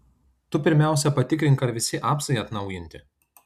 tu pirmiausia patikrink ar visi apsai atnaujinti